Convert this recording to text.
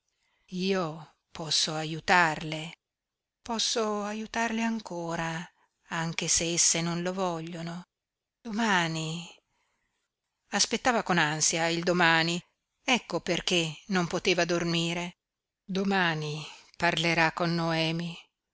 io posso aiutarle posso aiutarle ancora anche se esse non lo vogliono domani aspettava con ansia il domani ecco perché non poteva dormire domani parlerà con noemi